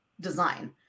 design